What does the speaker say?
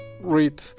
read